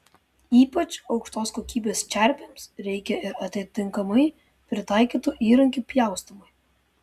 ypač aukštos kokybės čerpėms reikia ir atitinkamai pritaikytų įrankių pjaustymui